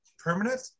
permanent